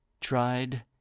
tried